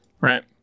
right